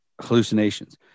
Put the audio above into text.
hallucinations